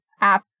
app